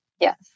yes